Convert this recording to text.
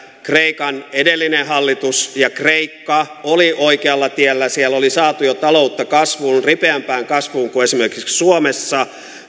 kreikan edellinen hallitus ja kreikka olivat oikealla tiellä siellä oli saatu jo taloutta kasvuun ripeämpään kasvuun kuin esimerkiksi suomessa